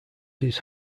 his